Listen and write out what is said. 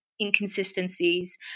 inconsistencies